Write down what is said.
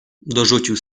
dorzucił